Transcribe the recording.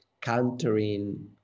countering